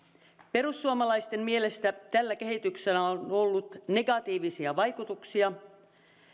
perussuomalaisten mielestä tällä kehityksellä on ollut negatiivisia vaikutuksia